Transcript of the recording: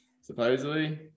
supposedly